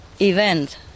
event